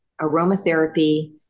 aromatherapy